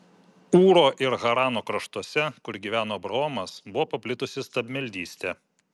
ūro ir harano kraštuose kur gyveno abraomas buvo paplitusi stabmeldystė